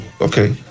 okay